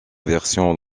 version